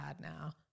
now